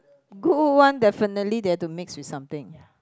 good one definitely they have to mix with something